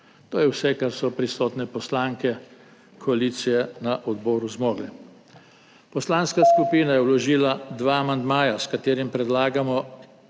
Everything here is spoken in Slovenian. To je vse, kar so prisotne poslanke koalicije na odboru zmogle. Poslanska skupina je vložila dva amandmaja, s katerima predlagamo